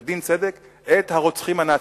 לדין צדק את הרוצחים הנאצים.